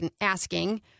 asking